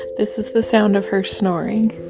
this is the sound of her snoring